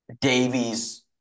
Davies